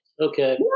Okay